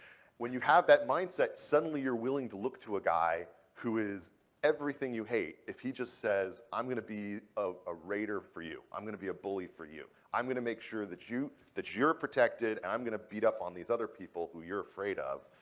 when you have that mindset, suddenly you're willing to look to a guy who is everything you hate, if he just says, i'm going to be a raider for you. i'm going to be a bully for you. i'm going to make sure that you that you're protected, and i'm going to beat up on these other people who you're afraid of,